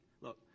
look